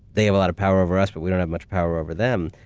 they have a lot of power over us, but we don't have much power over them.